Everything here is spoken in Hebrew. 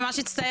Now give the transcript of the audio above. אני ממש מצטערת,